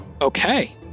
Okay